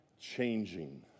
changing